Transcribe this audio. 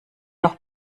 noch